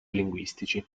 linguistici